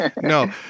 No